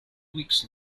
weeks